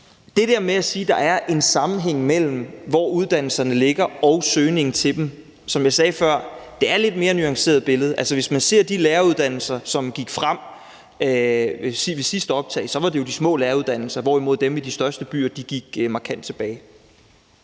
Det der med at sige, at der er en sammenhæng mellem, hvor uddannelserne ligger, og søgningen til dem, er, som jeg sagde før, lidt mere nuanceret. Altså, hvis man ser på de læreruddannelser, som gik frem ved sidste optag, så var det jp de små læreruddannelser, hvorimod dem i de største byer gik markant tilbage.